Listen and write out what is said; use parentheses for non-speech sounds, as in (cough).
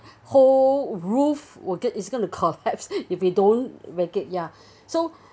(breath) whole roof will get is going to collapse if we don't vacate ya (breath) so (breath)